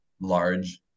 large